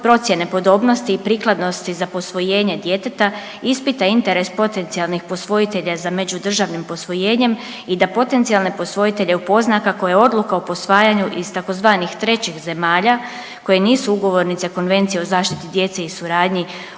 procjene podobnosti i prikladnosti za posvojenje djeteta ispita interes potencijalnih posvojitelja za međudržavnim posvojenjem i da potencijalne posvojitelje upozna kako je odluka o posvajanju iz tzv. trećih zemalja koje nisu ugovornice Konvencije o zaštiti djece i suradnji